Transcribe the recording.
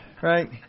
right